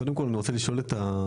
קודם כל אני רוצה לשאול את הבחור